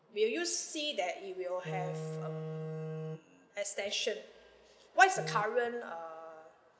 will you see that it will have um extension what's the current err